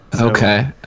Okay